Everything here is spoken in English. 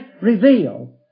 revealed